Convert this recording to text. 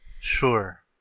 Sure